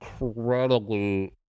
incredibly